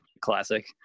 classic